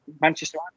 Manchester